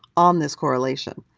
on this correlation.